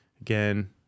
Again